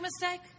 mistake